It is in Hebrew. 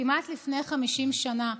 כמעט לפני 50 שנה,